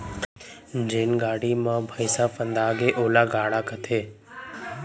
जेन गाड़ी म भइंसा फंदागे ओला गाड़ा कथें